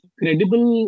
credible